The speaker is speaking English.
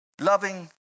loving